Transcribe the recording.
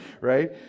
right